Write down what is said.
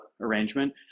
arrangement